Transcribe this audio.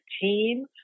team